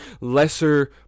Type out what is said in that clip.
lesser